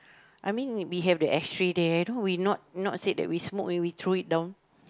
I mean we have the ashtray there don't we not not we say we smoke and throw it down